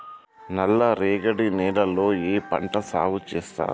నల్లరేగడి నేలల్లో ఏ పంట సాగు చేస్తారు?